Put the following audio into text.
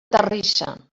terrissa